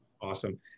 Awesome